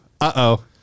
Uh-oh